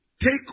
take